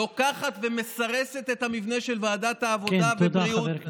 לוקחת ומסרסת את המבנה של ועדת העבודה והבריאות?